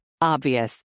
Obvious